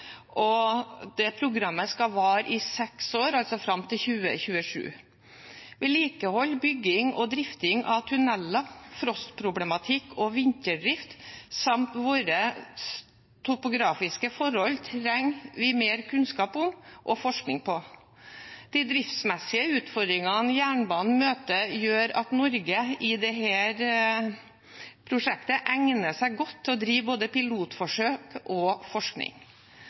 og det programmet skal vare i seks år, altså fram til 2027. Vedlikehold, bygging og drift av tunneler, frostproblematikk og vinterdrift samt våre topografiske forhold trenger vi mer kunnskap om og forskning på. De driftsmessige utfordringene jernbanen møter, gjør at Norge i dette prosjektet egner seg godt til å drive både pilotforsøk og forskning.